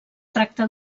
tracta